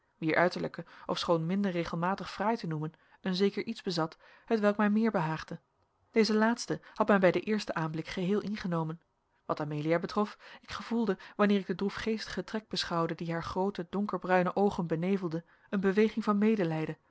wier uiterlijke ofschoon minder regelmatig fraai te noemen een zeker iets bezat hetwelk mij meer behaagde deze laatste had mij bij den eersten aanblik geheel ingenomen wat amelia betrof ik gevoelde wanneer ik den droefgeestigen trek beschouwde die haar groote donkerbruine oogen benevelde een beweging van medelijden